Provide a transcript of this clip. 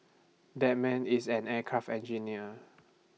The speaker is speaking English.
that man is an aircraft engineer